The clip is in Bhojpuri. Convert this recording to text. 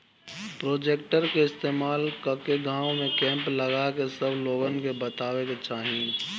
प्रोजेक्टर के इस्तेमाल कके गाँव में कैंप लगा के सब लोगन के बतावे के चाहीं